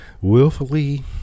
willfully